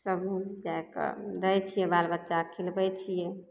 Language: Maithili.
सब लोग जा कऽ दै छियै बाल बच्चाके खिलबै छियै